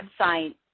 website